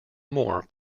more